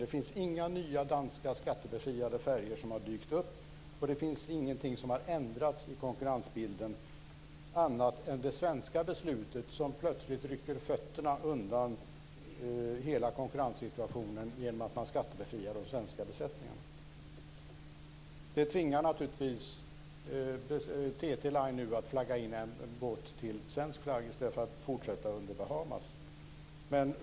Det har inte dykt upp några nya danska skattebefriade färjor, och ingenting i konkurrensbilden har ändrats annat än det svenska beslutet, som plötsligt rycker undan fötterna för hela konkurrenssituationen genom att de svenska besättningarna skattebefrias. Detta tvingar nu TT-LINE att flagga över en båt till svensk flagg i stället för att låta det fortsätta under Bahamasflagg.